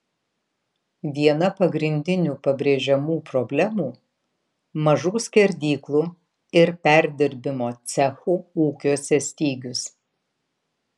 viena pagrindinių pabrėžiamų problemų mažų skerdyklų ir perdirbimo cechų ūkiuose stygius